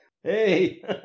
Hey